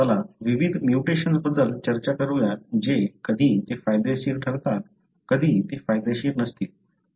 चला विविध म्युटेशन्स बद्दल चर्चा करूयात जे कधी ते फायदेशीर ठरतात कधी ते फायदेशीर नसतील